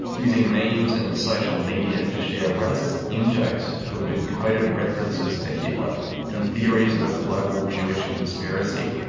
using memes and social media to share racist in-jokes filled with coded references to hitler and theories of a global jewish conspiracy.